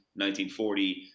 1940